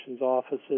offices